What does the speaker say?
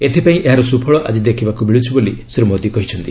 ଏଥିପାଇଁ ଏହାର ସୁଫଳ ଆଜି ଦେଖିବାକୁ ମିଳୁଛି ବୋଲି ଶ୍ରୀ ମୋଦୀ କହିଛନ୍ତି